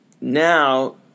now